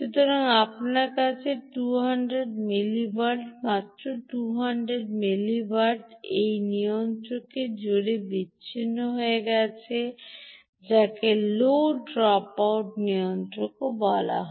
সুতরাং আপনার কাছে 200 মিলি ওয়াট মাত্র 200 মিলি ওয়াট এই নিয়ন্ত্রকের জুড়ে বিচ্ছিন্ন হয়ে গেছে যাকে লো ড্রপআউট নিয়ন্ত্রকও বলা হয়